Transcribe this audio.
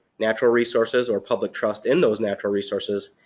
natural resources or public trust in those natural resources,